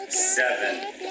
Seven